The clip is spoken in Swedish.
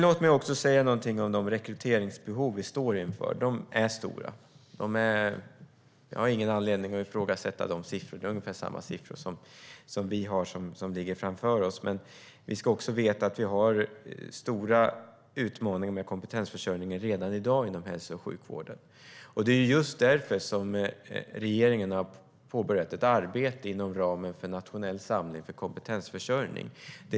Låt mig också säga någonting om de rekryteringsbehov som vi står inför. De är stora. Jag har ingen anledning att ifrågasätta de siffror som finns. Vi ska också veta att vi har stora utmaningar framför oss med kompetensförsörjningen redan i dag inom hälso och sjukvården. Det är just därför som regeringen har påbörjat ett arbete inom ramen för nationell samling för kompetensförsörjning.